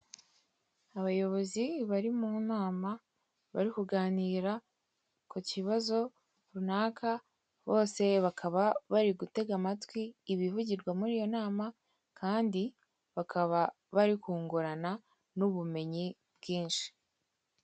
Abayobozi bari mu nama, bari kuganira ku kibazo runaka, bose bakaba bari gutega amatwi ibivugirwa muri iyo nama, kandi bakaba bari kungurana n'ubumenyi bwinshi.